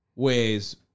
ways